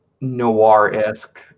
noir-esque